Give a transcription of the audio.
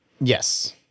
Yes